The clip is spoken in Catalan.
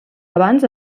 abans